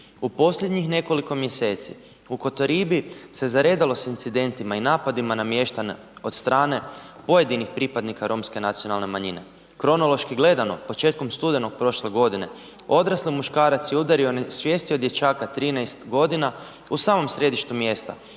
U posljednjih nekoliko mjeseci u Kotoribi se zaredalo s incidentima i napadima na mještane od strane pojedinih pripadnika romske nacionalne manjine. Kronološki gledano početkom studenog prošlog godine odrasli muškarac je udario i onesvijestio dječaka 13 godina u samom sjedištu mjesta,